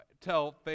tell